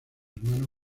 hermano